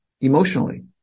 emotionally